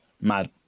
mad